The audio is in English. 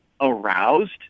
aroused